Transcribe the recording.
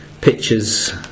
pictures